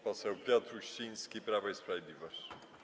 Poseł Piotr Uściński, Prawo i Sprawiedliwość.